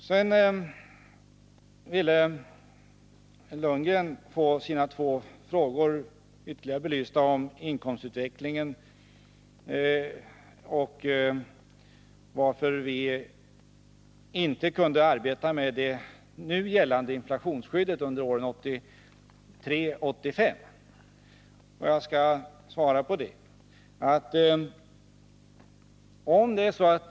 Sedan vill Bo Lundgren få ytterligare belysta sina två frågor om inkomstutvecklingen och varför vi inte kunde arbeta med det nu gällande inflationsskyddet under åren 1983-1985. Jag skall svara på det.